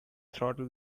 throttle